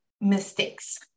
mistakes